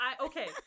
okay